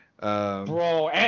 Bro